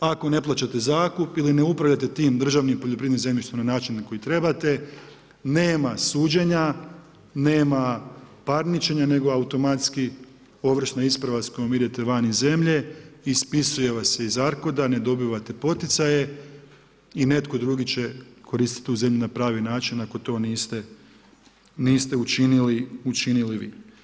Ako ne plaćate zakup ili ne upravljate tim državnim poljoprivrednim zemljištem na način na koji trebate nama suđenja, nema parničenja, nego automatski ovršna isprava s kojom idete van iz zemlje, ispisuje vas se iz ARCOD-a, ne dobivate poticaje i netko drugi će koristiti tu zemlju na pravi način ako to niste učinili vi.